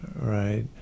right